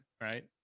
right